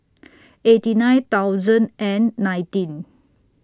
eighty nine thousand and nineteen